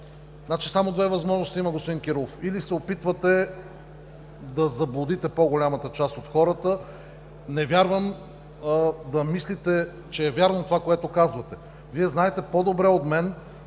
Само две възможности има, господин Кирилов. Или се опитвате да заблудите по-голямата част от хората – не вярвам да мислите, че е вярно това, което казвате. Вие знаете по-добре от мен,